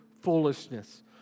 foolishness